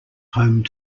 home